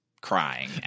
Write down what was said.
crying